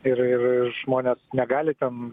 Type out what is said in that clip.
ir ir žmonės negali ten